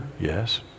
Yes